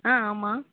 ஆ ஆமாம்